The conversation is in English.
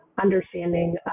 understanding